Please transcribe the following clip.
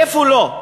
איפה לא?